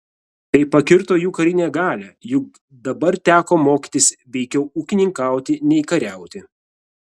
tai pakirto jų karinę galią juk dabar teko mokytis veikiau ūkininkauti nei kariauti